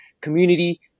community